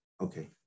Okay